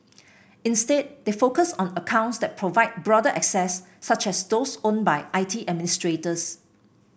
instead they focus on accounts that provide broader access such as those owned by I T administrators